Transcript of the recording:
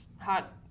hot